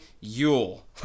yule